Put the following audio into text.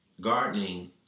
Gardening